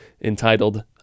entitled